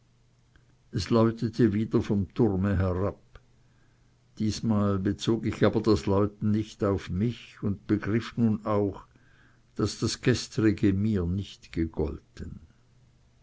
es läutete wieder vom turme herab diesmal bezog ich aber das läuten nicht auf mich und begriff nun auch daß das gestrige mir nicht gegolten